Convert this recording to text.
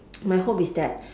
my hope is that